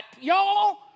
y'all